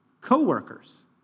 co-workers